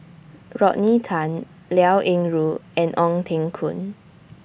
Rodney Liao Yingru and Ong Teng Koon